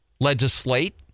legislate